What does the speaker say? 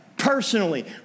personally